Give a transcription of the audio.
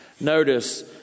Notice